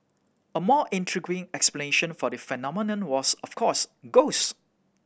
a more intriguing explanation for the phenomenon was of course ghost